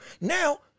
Now